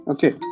Okay